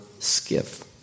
Skiff